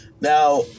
Now